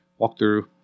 walkthrough